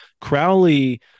Crowley